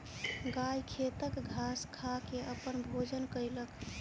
गाय खेतक घास खा के अपन भोजन कयलक